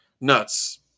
nuts